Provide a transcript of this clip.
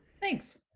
Thanks